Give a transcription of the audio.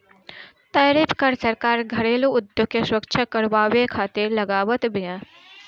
tariff कर सरकार घरेलू उद्योग के सुरक्षा करवावे खातिर लगावत बिया